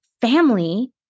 family